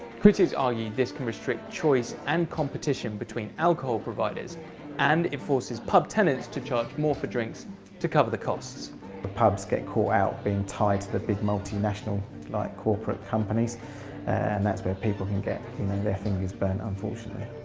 critics argue this can restrict choice and competition between alcohol providers and it forces pub tenants to charge more for drinks to cover the costs. the pubs get caught out being tied to the big multinational like corporate companies and that's where people can get you know their fingers burnt unfortunately.